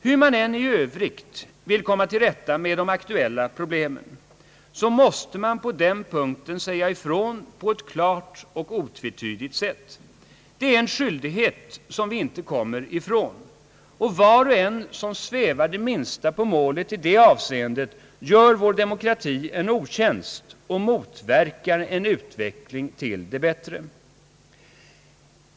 Hur man än i övrigt vill komma till rätta med de aktuella problemen, så måste man på den punkten säga ifrån på ett klart och otvetydigt sätt. Det är en skyldighet som vi inte kommer ifrån. Var och en som svävar på målet i det avseendet gör vår demokrati en otjänst och motverkar en utveckling till det bättre.